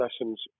lessons